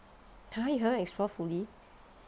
!huh! you haven't explore fully